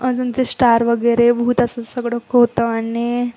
अजून ते स्टार वगैरे बहुत असं सगळं होतं आणि